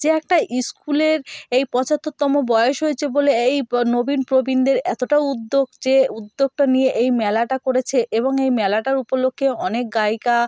যে একটা ইস্কুলের এই পঁচাত্তরতম বয়স হয়েছে বলে এই প নবীন প্রবীণদের এতটাও উদ্যোগ যে উদ্যোগটা নিয়ে এই মেলাটা করেছে এবং এই মেলাটার উপলক্ষে অনেক গায়িকা